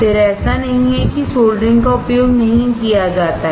फिर ऐसा नहीं है कि सोल्डरिंग का उपयोग नहीं किया जाता है